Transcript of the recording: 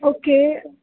okay